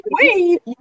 wait